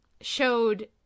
showed